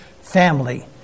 family